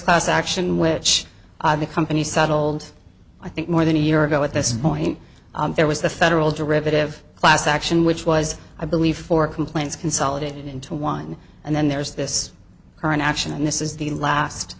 class action which the companies addled i think more than a year ago at this point there was the federal derivative class action which was i believe four complaints consolidated into one and then there's this current action and this is the last